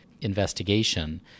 investigation